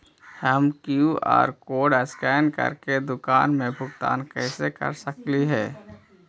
हम Q R code scan करके दुकान में भुगतान कैसे कर सकली हे?